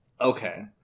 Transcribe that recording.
Okay